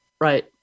Right